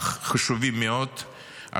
אך חשובים מאוד,